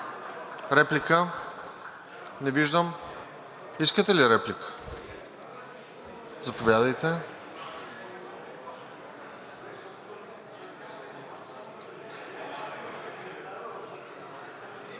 Реплика? Не виждам. Искате ли реплика? Заповядайте.